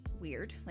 weird